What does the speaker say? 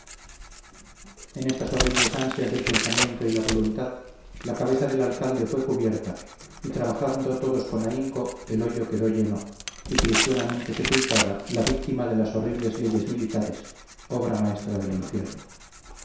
en estas horribles ansias del pensamiento y la voluntad la cabeza del alcalde fue cubierta y trabajando todos con ahínco el hoyo quedó lleno y cristianamente sepultada la víctima de las horribles leyes militares obra maestra del infierno